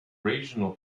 regional